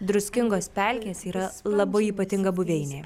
druskingos pelkės yra labai ypatinga buveinė